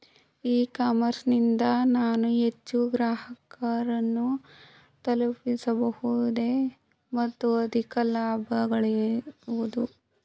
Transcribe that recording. E commerce ನಿಂದ ನಾನು ಹೆಚ್ಚು ಗ್ರಾಹಕರನ್ನು ತಲುಪಬಹುದೇ ಮತ್ತು ಅಧಿಕ ಲಾಭಗಳಿಸಬಹುದೇ?